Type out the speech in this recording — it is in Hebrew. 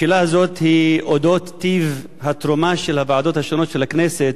השאלה הזאת היא על טיב התרומה של הוועדות השונות של הכנסת